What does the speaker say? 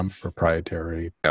proprietary